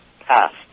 passed